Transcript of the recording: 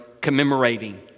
commemorating